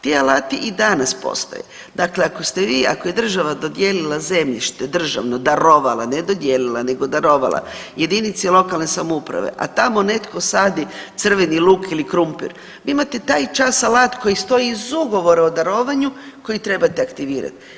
Ti alati i danas postoje, dakle ako ste vi ako je država dodijelila zemljište državno darovala, ne dodijelila nego darovala jedinici lokalne samouprave, a tamo netko sadi crveni luk ili krumpir, vi imate taj čas alat koji stoji uz ugovor o darovanju koji trebate aktivirat.